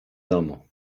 domu